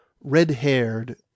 red-haired